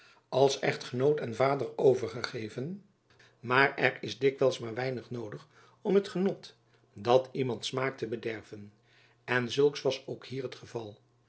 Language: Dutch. als echtgenoot en vader overgegeven doch er is dikwijls maar weinig noodig om het genot dat iemand smaakt te bederven en zulks was ook hier het geval